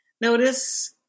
Notice